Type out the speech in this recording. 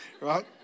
Right